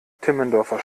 timmendorfer